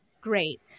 great